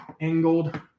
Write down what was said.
angled